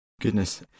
goodness